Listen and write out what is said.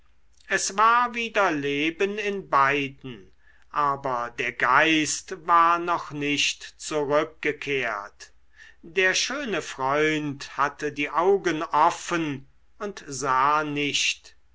es war wieder leben in beiden aber der geist war noch nicht zurückgekehrt der schöne freund hatte die augen offen und sah nicht